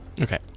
Okay